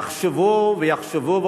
יחשבו ויחשבו,